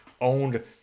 owned